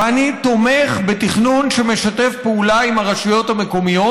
ואני תומך בתכנון שמשתף פעולה עם הרשויות המקומיות,